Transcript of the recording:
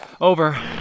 Over